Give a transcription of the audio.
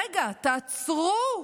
רגע, תעצרו.